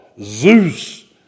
Zeus